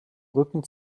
rücken